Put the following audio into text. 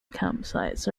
campsites